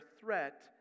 threat